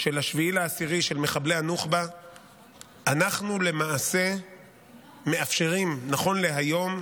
של 7 באוקטובר של מחבלי הנוח'בה אנחנו למעשה מאפשרים נכון להיום